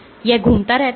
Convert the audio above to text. और यह घूमता रहता है